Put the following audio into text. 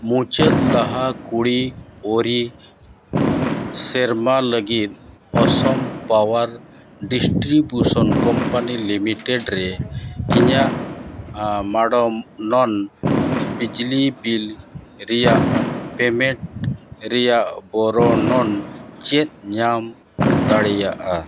ᱢᱩᱪᱟᱹᱫ ᱞᱟᱦᱟ ᱠᱟᱣᱰᱤ ᱟᱹᱨᱤ ᱥᱮᱨᱢᱟ ᱞᱟᱹᱜᱤᱫ Assam Power Distribution Company Limited ᱨᱮ ᱤᱧᱟᱹᱜ ᱢᱟᱲᱟᱝ ᱵᱤᱡᱽᱞᱤ ᱵᱤᱞ ᱨᱮᱱᱟᱜ ᱯᱮᱢᱮᱱᱴ ᱨᱮᱱᱟᱜ ᱵᱚᱨᱱᱚᱱ ᱪᱮᱫ ᱧᱟᱢ ᱫᱟᱲᱮᱭᱟᱜᱼᱟ